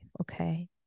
Okay